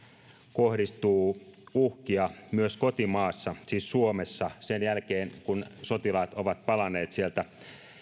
kohdistuu uhkia myös kotimaassa siis suomessa sen jälkeen kun sotilaat ovat palanneet sieltä